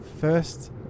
first